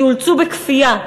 שאולצו בכפייה,